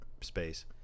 space